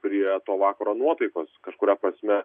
prie to vakaro nuotaikos kažkuria prasme